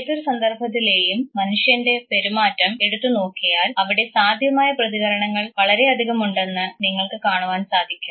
ഏതൊരു സന്ദർഭത്തിലേയും മനുഷ്യൻറെ പെരുമാറ്റം എടുത്തു നോക്കിയാൽ അവിടെ സാധ്യമായ പ്രതികരണങ്ങൾ വളരെ അധികം ഉണ്ടെന്ന് നമ്മൾക്ക് കാണുവാൻ സാധിക്കും